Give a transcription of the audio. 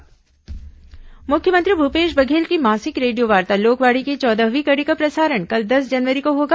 लोकवाणी मुख्यमंत्री भूपेश बघेल की मासिक रेडियोवार्ता लोकवाणी की चौदहवीं कड़ी का प्रसारण कल दस जनवरी को होगा